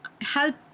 help